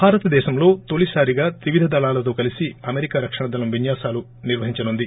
భారతదేశంలో తొలిసారిగా త్రివిధ దళాలతో కలిసి అమెరికా రక్షణ దళం విన్యాసాలు నిర్వహించనుంది